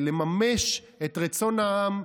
לממש את רצון העם,